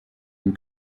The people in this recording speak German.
dem